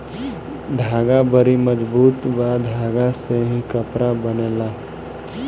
धागा बड़ी मजबूत बा धागा से ही कपड़ा बनेला